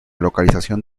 localización